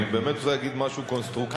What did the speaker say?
אני באמת רוצה להגיד משהו קונסטרוקטיבי,